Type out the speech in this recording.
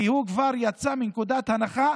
כי הוא כבר יצא מנקודת הנחה